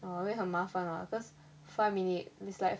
ah very 很麻烦啦 cause five minute is like